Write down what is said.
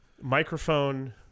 microphone